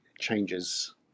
changes